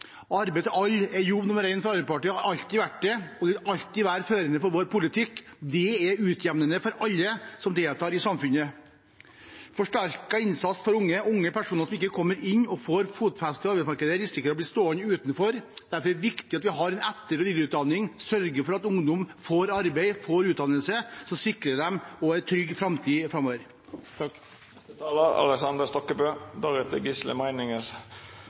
Arbeid til alle er jobb nummer én for Arbeiderpartiet og har alltid vært det, og det vil alltid være førende for vår politikk. Det er utjevnende for alle som deltar i samfunnet. Vi skal ha en forsterket innsats for unge personer som ikke kommer inn og får fotfeste på arbeidsmarkedet, og som risikerer å bli stående utenfor. Derfor er det viktig at vi har en etter- og videreutdanning som sørger for at ungdommen får arbeid og en utdannelse som sikrer dem en trygg framtid.